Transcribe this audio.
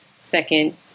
Second